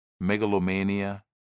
megalomania